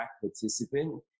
participant